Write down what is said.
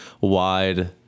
wide